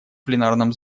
пленарном